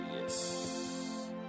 Yes